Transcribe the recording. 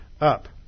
up